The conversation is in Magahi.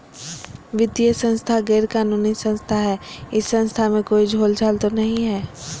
वित्तीय संस्था गैर कानूनी संस्था है इस संस्था में कोई झोलझाल तो नहीं है?